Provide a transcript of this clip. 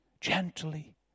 gently